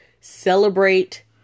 celebrate